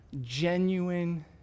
genuine